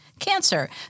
cancer